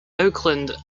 oakland